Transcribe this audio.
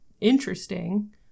interesting